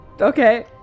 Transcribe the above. Okay